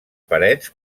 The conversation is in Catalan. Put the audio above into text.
parets